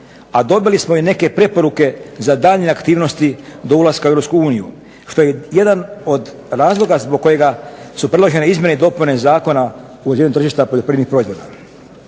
a dobili smo i neke preporuke za daljnje aktivnosti do ulaska u EU što je jedan od razloga zbog kojega su predložene izmjene i dopune Zakona o uređenju tržišta poljoprivrednih proizvoda.